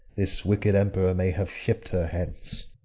this wicked emperor may have shipp'd her hence